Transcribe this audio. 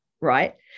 Right